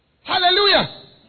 Hallelujah